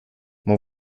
mon